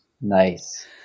Nice